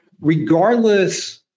regardless